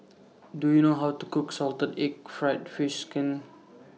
Do YOU know How to Cook Salted Egg Fried Fish Skin